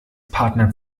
partner